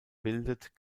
bildet